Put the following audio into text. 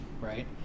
right